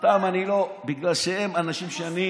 אותם אני לא, בגלל שהם אנשים שאני,